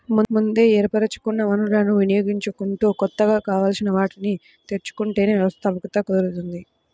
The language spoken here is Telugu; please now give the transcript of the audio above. ముందే ఏర్పరచుకున్న వనరులను వినియోగించుకుంటూ కొత్తగా కావాల్సిన వాటిని తెచ్చుకుంటేనే వ్యవస్థాపకత కుదురుతుంది